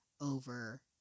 over